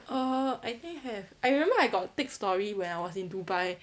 err I think have I remember I got take story when I was in dubai